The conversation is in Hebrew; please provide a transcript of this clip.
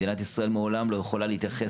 מדינת ישראל לעולם לא יכולה להתייחס